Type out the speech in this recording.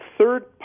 third